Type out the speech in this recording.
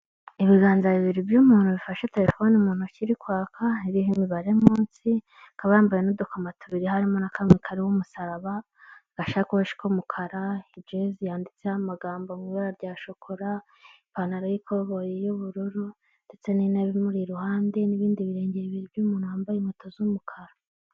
Ibiganza bibiri by'umuntu bifashe terefone mu ntoki iri kwaka iriho imibare munsi, akaba yambaye n'udukomo tubiri harimo na kamwe kariho umusaraba, agashakonshi y'umukara, ijezi yanditseho amagambo mu ibara rya shokora, ipantalo y'ikoboyi y'ubururu ndetse n'intebe imuri irihande n'ibindi birenge bibiri by'umuntu wambaye inkweto z'umukara.